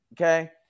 Okay